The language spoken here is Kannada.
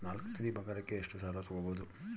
ನಾಲ್ಕು ತೊಲಿ ಬಂಗಾರಕ್ಕೆ ಎಷ್ಟು ಸಾಲ ತಗಬೋದು?